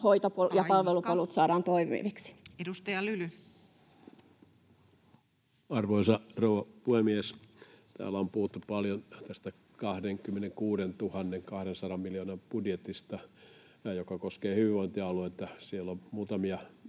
Aika!] ja palvelupolut saadaan toimiviksi. Edustaja Lyly. Arvoisa rouva puhemies! Täällä on puhuttu paljon tästä 26 200 miljoonan budjetista, joka koskee hyvinvointialueita, ja siellä on muutamia